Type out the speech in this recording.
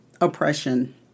oppression